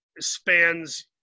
spans